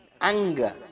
anger